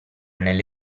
nelle